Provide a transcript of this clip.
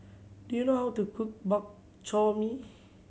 do you know how to cook Bak Chor Mee